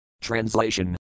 Translation